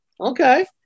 okay